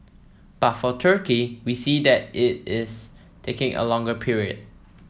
but for Turkey we see that it is taking a longer period